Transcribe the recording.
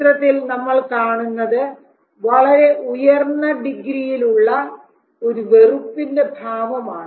ചിത്രത്തിൽ നമ്മൾ കാണുന്നത് വളരെ ഉയർന്ന ഡിഗ്രിയിൽ ഉള്ള ഒരു വെറുപ്പിന്റെ ഭാവമാണ്